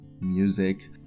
music